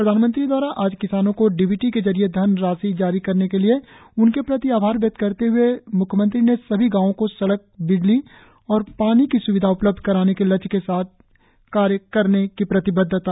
प्रधानमंत्री द्वारा आज किसानो को डी बी टी के जरिए धन राशि जारी करने के लिए उनके प्रति आभार व्यक्त करते हए सभी गांवो को सड़क बिजली और पानी की स्विधा उपलब्ध कराने के लक्ष्य के साथ कार्य कर रही है